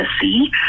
see